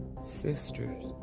sisters